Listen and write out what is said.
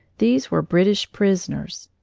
these were british prisoners.